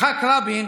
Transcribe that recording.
יצחק רבין